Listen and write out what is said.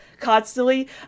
constantly